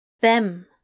Them